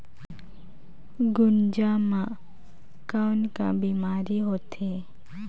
गुनजा मा कौन का बीमारी होथे?